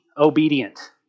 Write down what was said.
Obedient